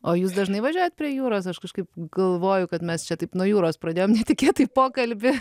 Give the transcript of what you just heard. o jūs dažnai važiuojat prie jūros aš kažkaip galvoju kad mes čia taip nuo jūros pradėjom netikėtai pokalbį